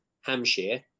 Hampshire